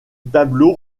tableau